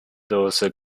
those